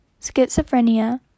schizophrenia